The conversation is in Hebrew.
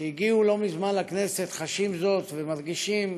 שהגיעו לא מזמן לכנסת חשים זאת ומרגישים,